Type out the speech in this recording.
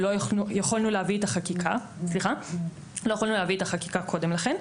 לא יכולנו להביא את החקיקה קודם לכן.